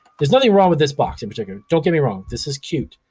there's nothing wrong with this box in particular, don't get me wrong. this is cute.